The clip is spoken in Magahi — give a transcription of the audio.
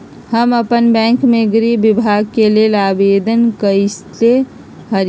हम अप्पन बैंक में गृह बीमा के लेल आवेदन कएले हति